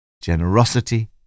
generosity